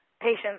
patients